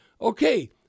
Okay